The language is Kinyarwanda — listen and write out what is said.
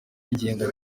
yigenga